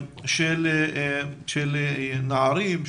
של נערים,